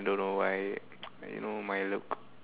don't know why you know my look